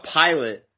pilot